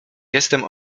jestem